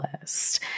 list